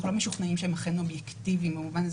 אנחנו לא משוכנעים שהם אכן אובייקטיביים במובן הזה